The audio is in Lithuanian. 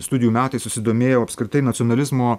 studijų metais susidomėjau apskritai nacionalizmo